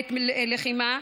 בעת לחימה.